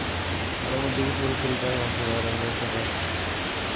मतलव उंदी बी पूरी कृपा ऐ उंदे पर आशीर्बाद ऐ चंगा